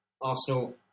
Arsenal